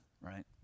right